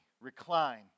recline